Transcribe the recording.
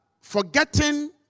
forgetting